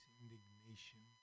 indignation